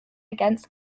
against